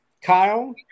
Kyle